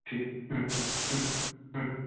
ঠিক আছে হুম হুম হুম হুম